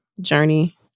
journey